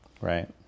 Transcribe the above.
right